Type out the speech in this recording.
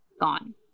gone